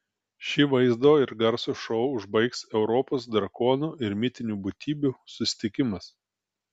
šį vaizdo ir garso šou užbaigs europos drakonų ir mitinių būtybių susitikimas